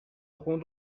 خون